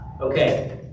Okay